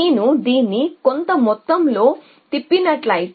నేను దీన్ని కొంత మొత్తంలో తిప్పినట్లయితే